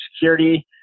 security